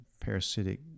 parasitic